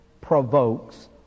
provokes